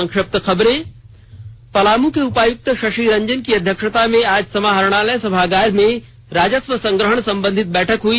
संक्षिप्त खबरें पलामू के उपायुक्त शशि रंजन की अध्यक्षता में आज समाहारणालय सभागार में आज राजस्व संग्रहण संबंधित बैठक हुई